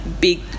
big